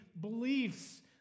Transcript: beliefs